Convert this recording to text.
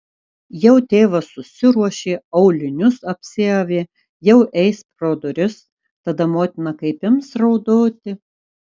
jau tėvas susiruošė aulinius apsiavė jau eis pro duris tada motina kaip ims raudoti